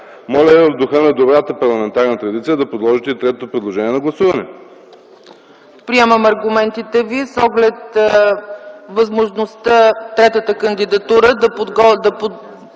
Моля в духа на добрата парламентарна традиция да подложите и третото предложение на гласуване.